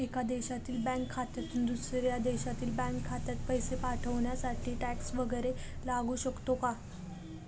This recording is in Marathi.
एका देशातील बँक खात्यातून दुसऱ्या देशातील बँक खात्यात पैसे पाठवण्यासाठी टॅक्स वैगरे लागू शकतो का?